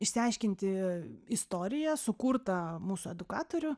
išsiaiškinti istoriją sukurtą mūsų edukatorių